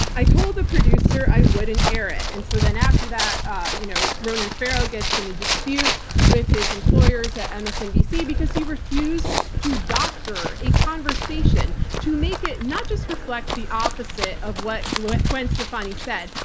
i told the producer i wouldn't air it. and so then after that ah you know ronan farrow gets in a dispute with his employers at msnbc because he refused to doctor a conversation to make it not just reflect the opposite of what gwen gwen stefani said,